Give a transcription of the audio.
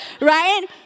right